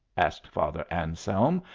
asked father anselm,